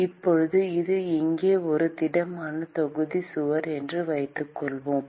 இப்போது அது இங்கே ஒரு திடமான தொகுதி சுவர் என்று வைத்துக்கொள்வோம்